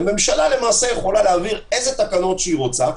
הממשלה למעשה יכולה להעביר איזה תקנות שהיא רוצה ולהגיד: